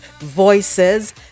voices